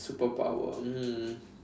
superpower um